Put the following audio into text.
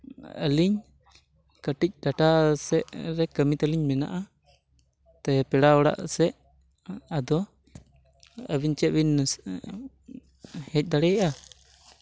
ᱟᱹᱞᱤᱧ ᱠᱟᱹᱴᱤᱡ ᱴᱟᱴᱟ ᱥᱮᱫ ᱨᱮ ᱠᱟᱹᱢᱤ ᱛᱟᱞᱤᱧ ᱢᱮᱱᱟᱜᱼᱟ ᱚᱱᱛᱮ ᱯᱮᱲᱟ ᱚᱲᱟᱜ ᱥᱮᱫ ᱟᱫᱚ ᱟᱹᱵᱤᱱ ᱪᱮᱫ ᱵᱤᱱ ᱦᱮᱡ ᱫᱟᱲᱮᱭᱟᱜᱼᱟ